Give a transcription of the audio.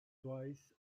twice